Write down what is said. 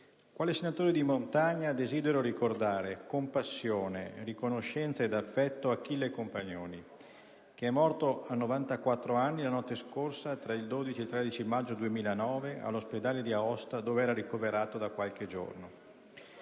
quale senatore di montagna desidero ricordare con passione, riconoscenza ed affetto Achille Compagnoni, morto a 94 anni la notte scorsa, tra il 12 e il 13 maggio, all'ospedale di Aosta, dove era ricoverato da qualche giorno.